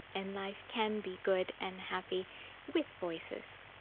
and life can be good and happy with voices.